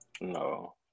No